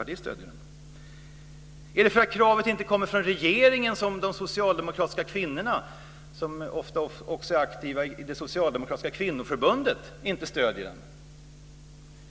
Är det därför att kravet inte kommer från regeringen som de socialdemokratiska kvinnorna, som ofta är aktiva i det socialdemokratiska kvinnoförbundet, inte stöder den?